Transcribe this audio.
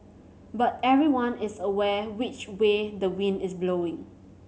but everyone is aware which way the wind is blowing